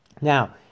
Now